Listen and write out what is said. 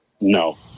No